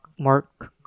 Mark